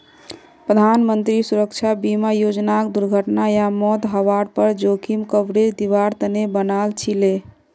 प्रधानमंत्री सुरक्षा बीमा योजनाक दुर्घटना या मौत हवार पर जोखिम कवरेज दिवार तने बनाल छीले